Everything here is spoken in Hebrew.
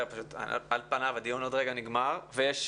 רציתי